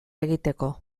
egiteko